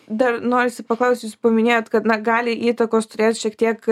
dar norisi paklaust jūs paminėjot kad na gali įtakos turėt šiek tiek